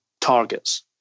targets